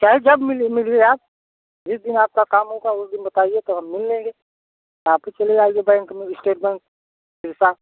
चाहे जब मिल मिले लीजिए आप जिस दिन आपका काम होगा उस दिन बताइए तो हम मिल लेंगे आप ही चले आइए बैंक में स्टेट बैंक पैसा